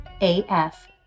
AF